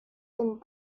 and